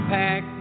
pack